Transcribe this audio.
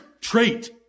trait